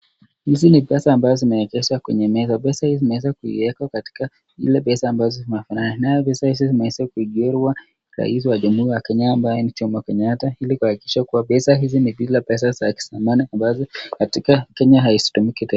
Hizi ni pesa ambazo zimeegezwa kwenye meza. Pesa hii imeweza kuekwa katika ile pesa inafanana, naye pesa hizi imechorwa rais wa Jamhuri wa Kenya ambaye ni Jomo Kenyatta ili kuhakikisha pesa hizi ni zile pesa sa zamani ambazo katika Kenya hazitumiki tena.